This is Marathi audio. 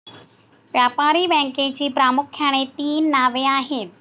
व्यापारी बँकेची प्रामुख्याने तीन नावे आहेत